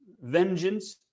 vengeance